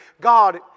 God